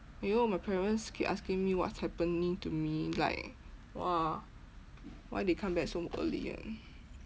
!aiyo! my parents keep asking me what's happening to me like !wah! why they come back so early [one]